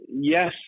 Yes